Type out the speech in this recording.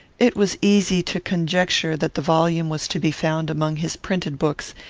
it was easy to conjecture that the volume was to be found among his printed books,